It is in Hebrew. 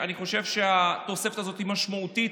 אני חושב שהתוספת הזאת היא משמעותית,